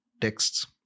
texts